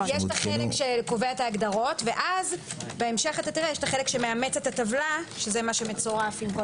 יש החלק שקובע את ההגדרות ובהמשך יש החלק שמאמץ את הטבלה שזה מה שמצורף.